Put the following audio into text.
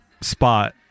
spot